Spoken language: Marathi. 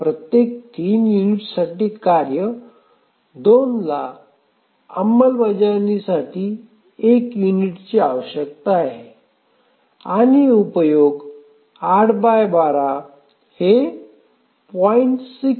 प्रत्येक 3 युनिट्ससाठी कार्य 2 ला अंमलबजावणीसाठी 1 युनिटची आवश्यकता आहे आणि उपयोग 812 हे 0